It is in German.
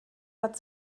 hat